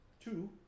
two